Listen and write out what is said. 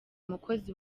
umukozi